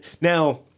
now